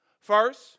First